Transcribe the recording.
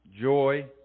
joy